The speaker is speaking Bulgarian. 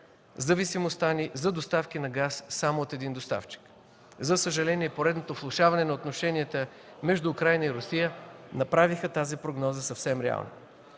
зависимостта ни за доставки на газ само от един доставчик. За съжаление, поредното влошаване на отношенията между Украйна и Русия направиха тази прогноза съвсем реална.